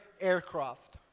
aircraft